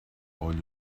all